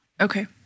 Okay